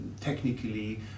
technically